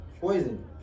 Poison